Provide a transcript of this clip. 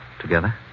Together